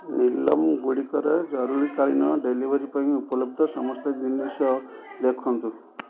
ନୀଲମଗୁଡ଼ିକରେ ଜରୁରୀକାଳୀନ ଡେଲିଭରୀ ପାଇଁ ଉପଲବ୍ଧ ସମସ୍ତ ଜିନିଷ ଦେଖନ୍ତୁ